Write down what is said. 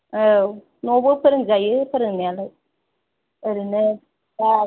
औ न'आवबो फोरों जायो फोरोंनायालाय ओरैनो